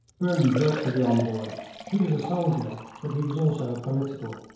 burnes wrote to the envoy he was a soldier, but he was also a political,